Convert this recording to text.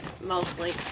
mostly